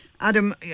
Adam